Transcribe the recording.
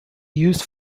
used